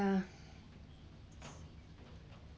uh